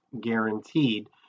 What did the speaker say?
guaranteed